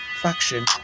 faction